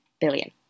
billion